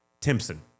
Timpson